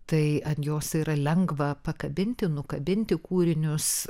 tai ant jos yra lengva pakabinti nukabinti kūrinius